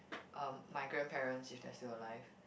um my grandparents if they're still alive